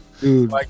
Dude